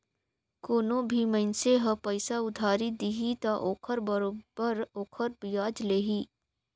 कोनो भी मइनसे ह पइसा उधारी दिही त ओखर बरोबर ओखर बियाज लेही